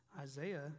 Isaiah